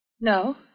No